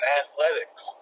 athletics